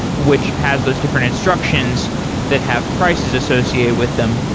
which has those different instructions that have prices associated with them,